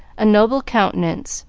a noble countenance,